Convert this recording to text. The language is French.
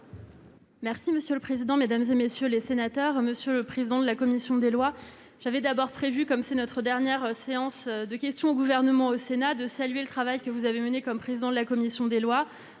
Merci monsieur le président, Mesdames et messieurs les sénateurs, Monsieur le président de la commission des lois, j'avais d'abord prévu comme c'est notre dernière séance de questions au gouvernement au Sénat de saluer le travail que vous avez mené comme président de la commission des lois,